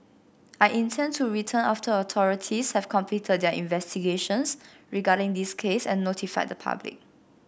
I intend to return after authorities have completed their investigations regarding this case and notified the public